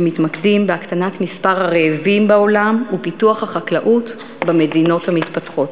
שמתמקדים בהקטנת מספר הרעבים בעולם ופיתוח החקלאות במדינות המתפתחות.